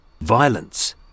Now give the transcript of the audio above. violence